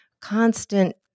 constant